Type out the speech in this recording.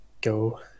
go